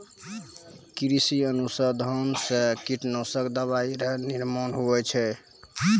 कृषि अनुसंधान से कीटनाशक दवाइ रो निर्माण हुवै छै